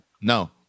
No